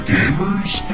Gamer's